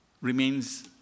remains